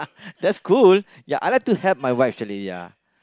that's cool ya I like to help my wife actually ya